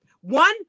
one